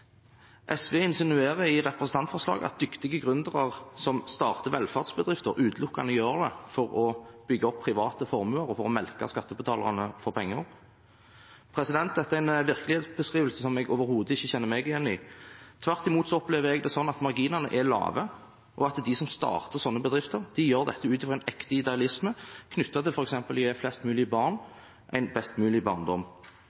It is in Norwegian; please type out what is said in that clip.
SV insinuerer i representantforslaget at dyktige gründere som starter velferdsbedrifter, utelukkende gjør det for å bygge opp private formuer og for å melke skattebetalerne for penger. Dette er en virkelighetsbeskrivelse som jeg overhodet ikke kjenner meg igjen i. Tvert imot opplever jeg det slik at marginene er lave, og at de som starter slike bedrifter, gjør dette ut fra en ekte idealisme knyttet til f.eks. å gi flest mulig